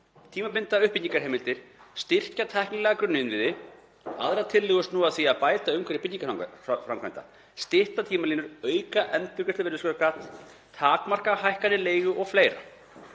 tímabinda uppbyggingarheimildir, styrkja tæknilega grunninnviði. Aðrar tillögur snúa að því að bæta umhverfi byggingarframkvæmda, stytta tímalínur, auka endurgreiðslu virðisauka, takmarka hækkanir leigu og fleira.